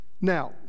Now